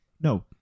no